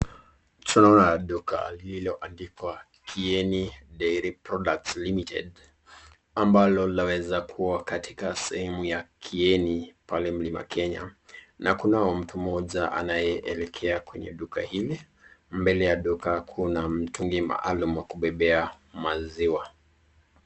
Tunaona duka lililoandikwa Kieni Dairy Products Ltd, ambalo laweza kuwa katika sehemu ya Kieni pale mlima kenya, na kunao mtu mmoja anayeelekea kwenye duka hili, mbele ya duka kuna mtungi maalum ya kubebea maziwa.